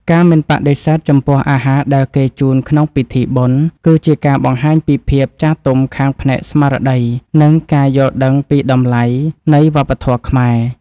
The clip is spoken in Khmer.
ការមិនបដិសេធចំពោះអាហារដែលគេជូនក្នុងពិធីបុណ្យ គឺជាការបង្ហាញពីភាពចាស់ទុំខាងផ្នែកស្មារតី និងការយល់ដឹងពីតម្លៃនៃវប្បធម៌ខ្មែរ។